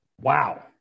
Wow